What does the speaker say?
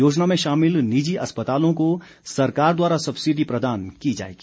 योजना में शामिल निजी अस्पतालों को सरकार द्वारा सब्सिडी प्रदान की जाएगी